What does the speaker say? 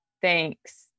thanks